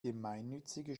gemeinnützige